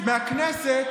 חברת הכנסת,